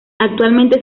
actualmente